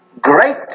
great